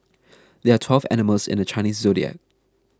there are twelve animals in the Chinese zodiac